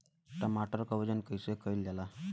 टमाटर क वजन कईसे कईल जाला?